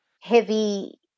Heavy